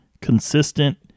consistent